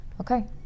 Okay